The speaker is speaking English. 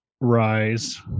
rise